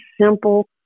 simple